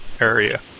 area